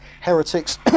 heretics